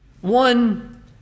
one